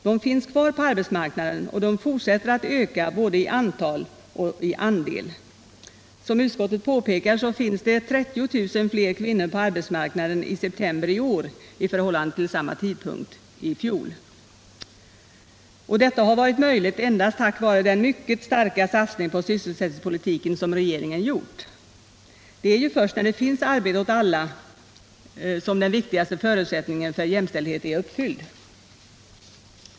De finns kvar på arbetsmarknaden, och de fortsätter att öka både i antal och i andel. Som utskottet påpekar så finns det 30 000 fler kvinnor på arbetsmarknaden i september i år jämfört med samma tidpunkt i fjol. Detta har varit möjligt endast tack vare den mycket starka satsning på sysselsättningspolitiken som regeringen gjort. Det är ju först när det finns arbete åt alla som den viktigaste förutsättningen för jämställdhet är uppfylld.